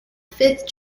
fifth